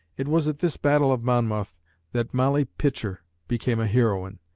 it was at this battle of monmouth that molly pitcher became a heroine.